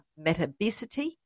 Metabesity